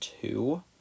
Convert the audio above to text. two